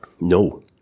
No